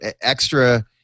extra